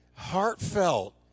heartfelt